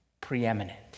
preeminent